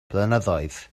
blynyddoedd